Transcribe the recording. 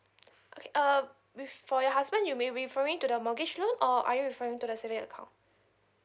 okay uh with for your husband you mean referring to the mortgage loan or are you referring to the saving account